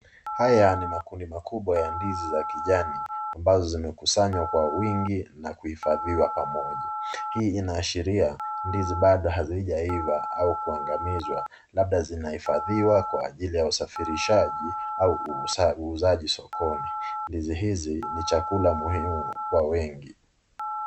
Haya ni makundi makubwa ya ndizi za kijani ambazo zimekusanywa kwa wingi na kuhifadhiwa pamoja. Hii inaashiria ndizi bado hazijaiva au kuangamizwa. Labda zinahifadhiwa kwa ajili ya usafirishaji au uuzaji sokoni. Ndizi hizi ni chakula muhimu kwa wengi.